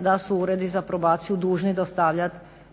da su Uredi za probaciju dužni dostavljati,